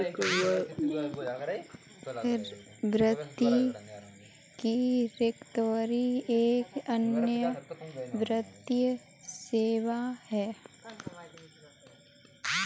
वित्त की रिकवरी एक अन्य वित्तीय सेवा है